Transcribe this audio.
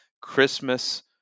Christmas